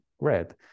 red